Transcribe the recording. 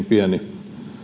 pieni